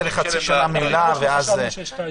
אוקי.